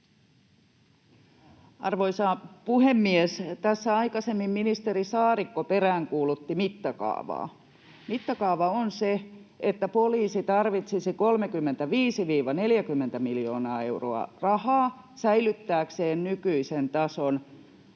Arvoisa puhemies! Tässä aikaisemmin ministeri Saarikko peräänkuulutti mittakaavaa. Mittakaava on se, että poliisi tarvitsisi 35—40 miljoonaa euroa rahaa säilyttääkseen nykyisen tason